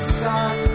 sun